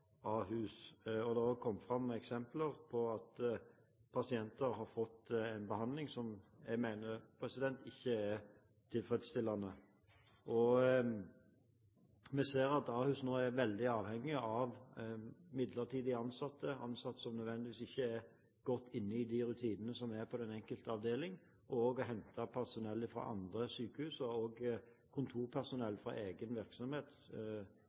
Det har kommet eksempler på at pasienter har fått en behandling som jeg mener ikke er tilfredsstillende. Vi ser at Ahus nå er veldig avhengig av midlertidig ansatte, ansatte som nødvendigvis ikke er godt inne i de rutinene som er på den enkelte avdeling, og å hente personell fra andre sykehus, også kontorpersonell fra egen virksomhet,